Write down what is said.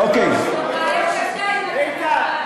איתן,